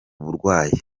burwayi